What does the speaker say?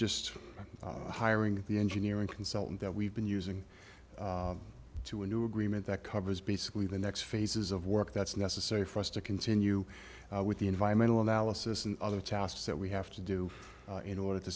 just hiring the engineering consultant that we've been using to a new agreement that covers basically the next phases of work that's necessary for us to continue with the environmental analysis and other tasks that we have to do in order to